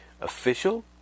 official